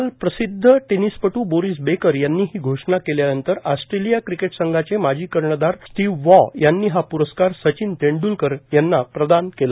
काल प्रसिद्ध टेनिसपटू बोरिस बेकर यांनी ही घोषणा केल्यानंतर ऑस्ट्रेलिया क्रिकेट संघाचे माजी कर्णधार स्टिव्ह वॉ यांनी हा प्रस्कार सचिन तेंड्लकर यांना प्रदान केला